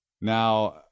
Now—